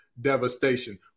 devastation